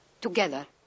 together